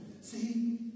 See